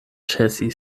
ĉesi